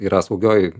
yra saugioj